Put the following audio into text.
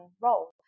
role